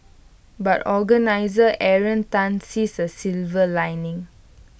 but organiser Aaron Tan sees A silver lining